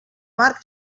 marc